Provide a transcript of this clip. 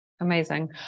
Amazing